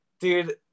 Dude